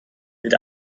mit